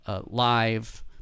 live